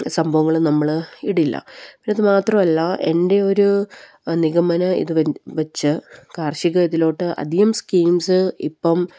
സംഭവങ്ങള് നമ്മളിടില്ല പിന്നെ അതുമാത്രമല്ല എൻ്റെ ഒരു നിഗമനം ഇതുവെച്ച് കാർഷിക ഇതിലേക്ക് അധികം സ്കീംസ് ഇപ്പം